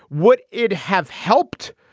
would it have helped?